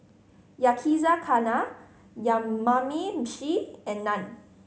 Yakizakana Yamameshi and Naan